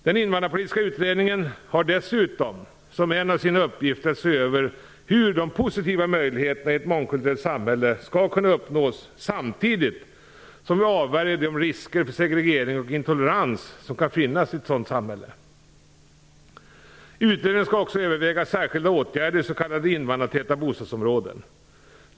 Den Invandrarpolitiska utredningen har dessutom som en av sina uppgifter att se hur de positiva möjligheterna i ett mångkulturellt samhälle skall kunna uppnås samtidigt som vi avvärjer de risker för segregering och intolerans som kan finnas i ett sådant samhälle. Utredningen skall också överväga särskilda åtgärder i s.k. invandrartäta bostadsområden.